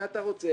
מה אתה רוצה?